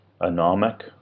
anomic